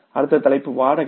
அடுத்த தலைப்பு வாடகை